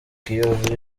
kiyovu